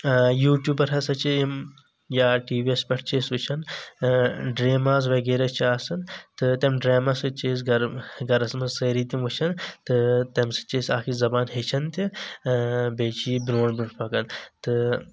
YouTuber ہسا چھم یِم یا ٹی وی یس پٮ۪ٹھ چھ أسۍ وُچھان ڈراماز وغیرٕ چھ آسان تٔمہٕ ڈراما چھ أسۍ گرم گرس منٛز سأری تم وٕچھان تہٕ تٔمہِ سۭتۍ چھ أسۍ اکھ یہِ زبان ہیٚچھان تہِ بیٚیہِ چھ یہِ برونٛٹھ برونٛٹھ پکان تہٕ